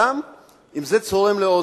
גם אם זה צורם לאוזן?